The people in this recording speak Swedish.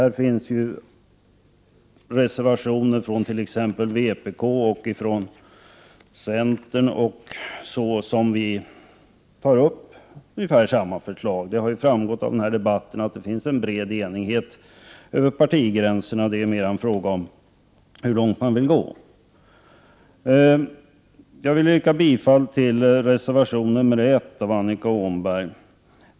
Här finns ju reservationer från t.ex. vpk och centern som tar upp ungefär samma saker. Det har framgått av den här debatten att det finns en bred enighet över partigränserna. Det är mera en fråga om hur långt man vill gå. Jag vill yrka bifall till reservation 1 av Annika Åhnberg.